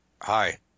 hi